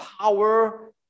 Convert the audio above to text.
power